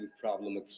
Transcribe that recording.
problem